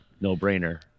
no-brainer